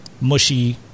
mushy